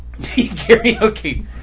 karaoke